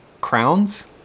Crowns